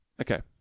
Okay